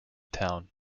town